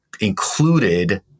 included